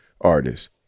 artists